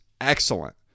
excellent